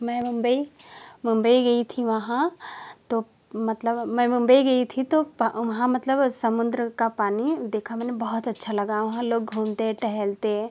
मैं मुंबई मुंबई गई थी वहाँ तो मतलब मैं मुंबई गई थी तो वहाँ मतलब समुद्र का पानी देखा मुझे बहुत अच्छा लगा वहाँ लोग घूमते टहलते